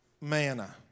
manna